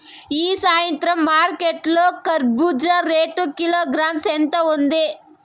ఈ సాయంత్రం మార్కెట్ లో కర్బూజ రేటు కిలోగ్రామ్స్ ఎంత ఉంది?